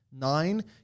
nine